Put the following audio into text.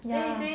ya